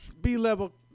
B-level